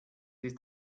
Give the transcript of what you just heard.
ist